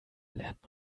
lernt